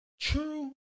true